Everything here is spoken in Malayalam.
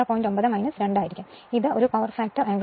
9 2 ആയിരിക്കും ഒരു പവർ ഫാക്ടർ ആംഗിൾ